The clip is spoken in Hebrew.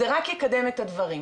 זה רק יקדם את הדברים.